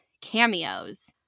cameos